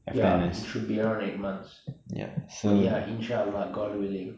ya it should be around eight months but ya inshallah god willing